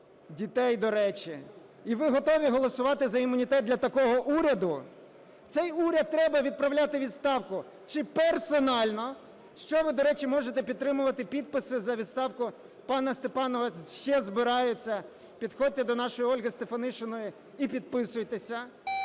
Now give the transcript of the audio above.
дітей, до речі. І ви готові голосувати за імунітет для такого уряду? Цей уряд треба відправляти у відставку чи персонально, що ви, до речі, може підтримувати, підписи за відставку пана Степанова ще збираються, підходьте до нашої Ольги Стефанишиної і підписуйтеся,